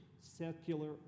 secular